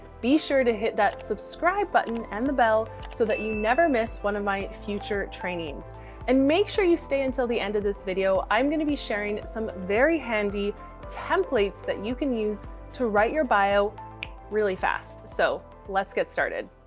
be sure to hit that subscribe button and the bell so that you never miss one of my future trainings and make sure you stay until the end of this video. i'm going to be sharing some very handy templates that you can use to write your bio really fast. so let's get started.